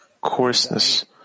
coarseness